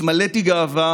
התמלאתי גאווה